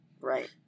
right